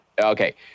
okay